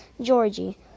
Georgie